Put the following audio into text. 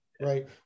right